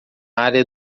área